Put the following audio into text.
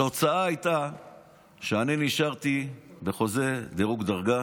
התוצאה הייתה שאני נשארתי בחוזה דירוג דרגה